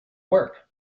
work